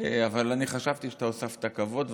אבל חשבתי שאתה הוספת כבוד,